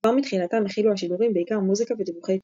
כבר מתחילתם הכילו השידורים בעיקר מוזיקה ודיווחי תנועה.